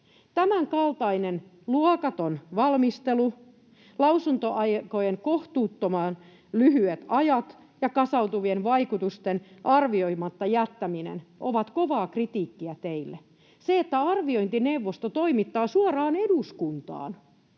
Tämänkaltainen luokaton valmistelu, lausuntoaikojen kohtuuttoman lyhyet ajat ja kasautuvien vaikutusten arvioimatta jättäminen ovat kovaa kritiikkiä teille. Se, että arviointineuvosto toimittaa suoraan eduskuntaan